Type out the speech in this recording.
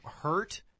hurt